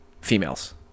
females